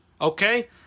okay